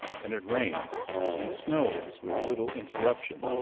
and it rains and snows with little interruption,